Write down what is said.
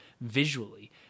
visually